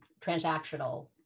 transactional